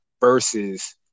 versus